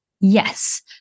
Yes